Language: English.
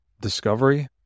discovery